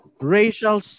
racial